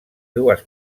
dues